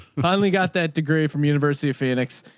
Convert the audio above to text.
finally got that degree from university of phoenix,